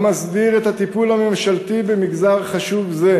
המסדיר את הטיפול הממשלתי במגזר חשוב זה,